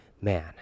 man